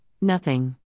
nothing